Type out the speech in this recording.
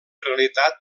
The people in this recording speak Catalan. realitat